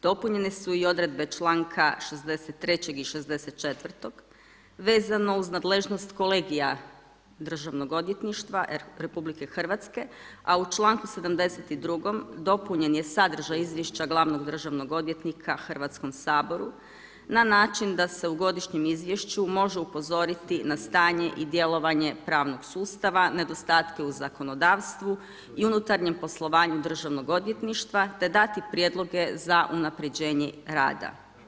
Dopunjene su i odredbe članka 63. i 64. vezano uz nadležnost kolegija Državnog odvjetništva RH a u članku 72. dopunjen je sadržaj izvješća glavnog državnog odvjetnika Hrvatskom saboru na način da se u godišnjem izvješću može upozoriti na stanje i djelovanje pravnog sustava, nedostatke u zakonodavstvu i unutarnjem poslovanju državnog odvjetništva te dati prijedloge za unapređenje rada.